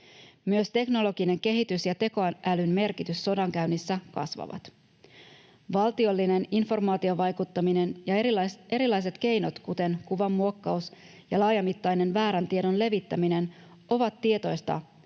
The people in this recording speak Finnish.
Myös teknologinen kehitys ja tekoälyn merkitys sodankäynnissä kasvavat. Valtiollinen informaatiovaikuttaminen ja erilaiset keinot, kuten kuvanmuokkaus ja laajamittainen väärän tiedon levittäminen, ovat tietoista kansallisen